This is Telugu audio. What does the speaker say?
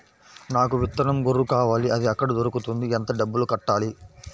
నాకు విత్తనం గొర్రు కావాలి? అది ఎక్కడ దొరుకుతుంది? ఎంత డబ్బులు కట్టాలి?